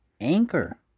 Anchor